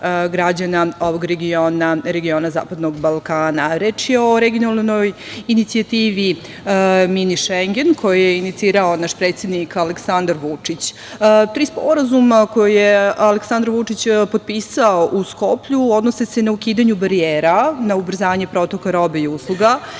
građana ovog regiona, regiona zapadnog Balkana. Reč je o regionalnoj inicijativi mini Šengen koju je inicirao naš predsednik Aleksandar Vučić. Tri sporazuma koje je Aleksandar Vučić potpisao u Skoplju odnose se na ukidanje barijera, na ubrzanje protoka robe i usluga